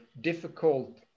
difficult